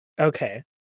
Okay